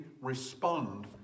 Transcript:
respond